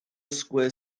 square